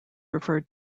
referred